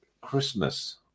Christmas